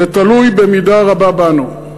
זה תלוי במידה רבה בנו.